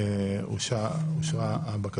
הבקשה אושרה.